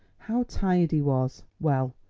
how tired he was! well,